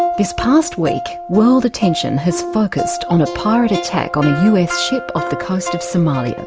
this past week, world attention has focused on a pirate attack on a us ship off the coast of somalia.